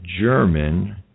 German